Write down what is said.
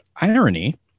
irony